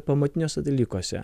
pamatiniuose dalykuose